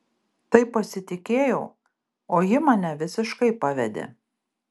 taip pasitikėjau o ji mane visiškai pavedė